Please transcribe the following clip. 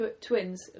twins